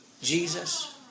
Jesus